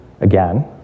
again